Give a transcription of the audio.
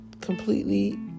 completely